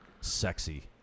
Sexy